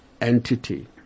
entity